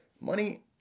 money